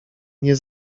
nie